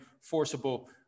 forcible